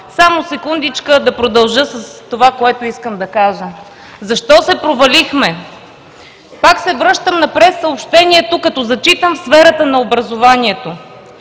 само секундичка, да продължа с това, което искам да кажа. Защо се провалихме? Пак се връщам на прессъобщението, като зачитам в сферата на образованието: